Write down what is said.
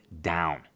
down